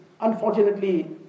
unfortunately